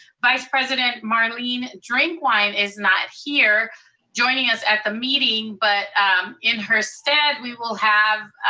vice president marlene drinkwine is not here joining us at the meeting. but in her stead, we will have,